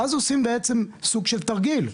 ואז עושים בעצם סוג של תרגיל,